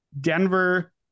Denver